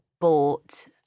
bought